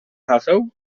haseł